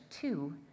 two